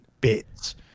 Bits